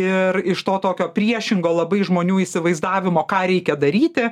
ir iš to tokio priešingo labai žmonių įsivaizdavimo ką reikia daryti